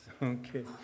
Okay